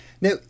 Now